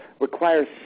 requires